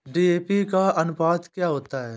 DAP का अनुपात क्या होता है?